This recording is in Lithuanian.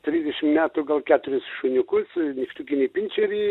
trisdešim metų gal keturis šuniukus nykštukinį pinčerį